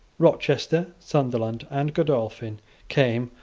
rochester, sunderland, and godolphin came,